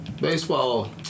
Baseball